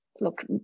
look